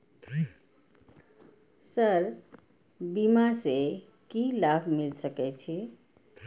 Sir बीमा से की लाभ मिल सके छी?